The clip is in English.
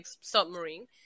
submarine